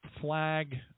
flag